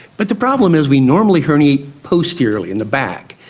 but the problem is we normally herniate posteriorly, in the back,